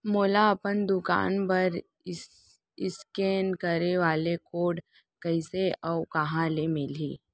मोला अपन दुकान बर इसकेन करे वाले कोड कइसे अऊ कहाँ ले मिलही?